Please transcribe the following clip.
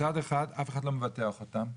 מצד אחד אף אחד לא מבטח אותם.